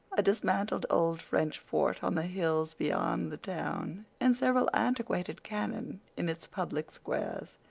a dismantled old french fort on the hills beyond the town, and several antiquated cannon in its public squares.